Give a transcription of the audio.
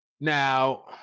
now